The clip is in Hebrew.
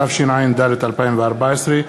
התשע"ד 2014,